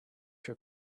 your